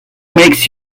makes